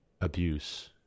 abuse